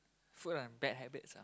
food and bad habits ah